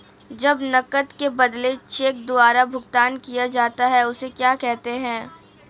जब नकद के बदले चेक द्वारा भुगतान किया जाता हैं उसे क्या कहते है?